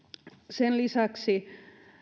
sen lisäksi